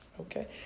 Okay